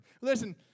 listen